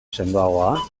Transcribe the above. sendoagoa